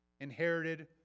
inherited